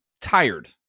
tired